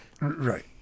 Right